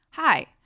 Hi